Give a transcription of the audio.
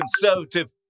Conservative